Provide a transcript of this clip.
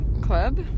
Club